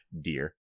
dear